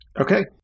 Okay